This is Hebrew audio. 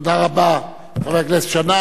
תודה רבה, חבר הכנסת שנאן.